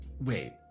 Wait